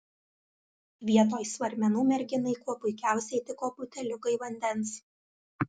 vietoj svarmenų merginai kuo puikiausiai tiko buteliukai vandens